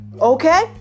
okay